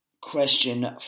Question